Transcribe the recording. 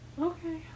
Okay